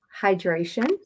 hydration